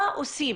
מה עושים?